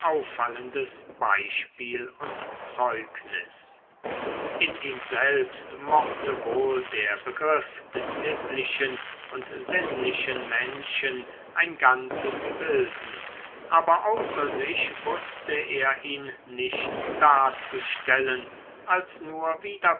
auffallendes beispiel und zeugnis in ihm selbst mochte wohl der begriff des sittlichen und sinnlichen menschen ein ganzes bilden aber außer sich wußte er ihn nicht darzustellen als nur wieder